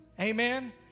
Amen